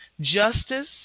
Justice